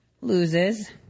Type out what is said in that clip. loses